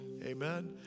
Amen